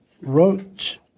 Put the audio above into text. wrote